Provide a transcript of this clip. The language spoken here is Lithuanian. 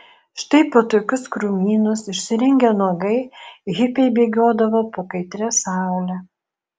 štai po tokius krūmynus išsirengę nuogai hipiai bėgiodavo po kaitria saule